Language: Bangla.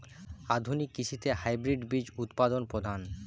আধুনিক কৃষিতে হাইব্রিড বীজ উৎপাদন প্রধান